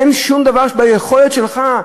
אין שום דבר ביכולת שלך,